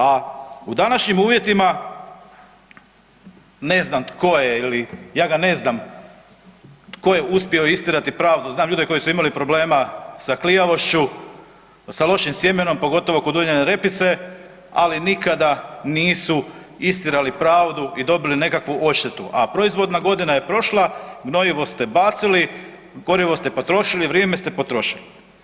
A u današnjim uvjetima ne znam tko je ili ja ga ne znam tko je uspio istjerati pravdu, znam ljude koji su imali problema sa klijalošću, sa lošim sjemenom, pogotovo kod uljene repice, ali nikada nisu istjerali pravdu i dobili nekakvu odštetu, a proizvodna godina je prošla, gnojivo ste bacili, gorivo ste potrošili, vrijeme ste potrošili.